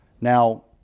Now